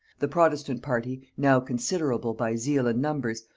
the protestant party, now considerable by zeal and numbers,